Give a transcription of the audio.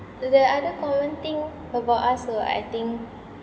the other common thing about us also I think